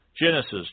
Genesis